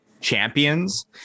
champions